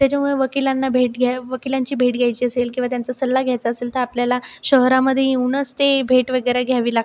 त्याच्यामुळे वकिलांना भेट घ्या वकिलांची भेट घ्यायची असेल किंवा त्यांचा सल्ला घ्यायचा असेल तर आपल्याला शहरामध्ये येऊनच ते भेट वगैरे घ्यावी लागते